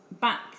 back